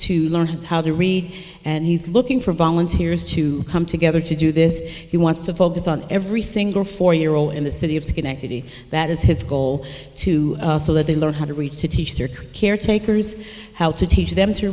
to learn how to read and he's looking for volunteers to come together to do this he wants to focus on every single four year old in the city of schenectady that is his goal to so that they learn how to read to teach their caretakers how to teach them to